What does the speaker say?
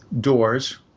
doors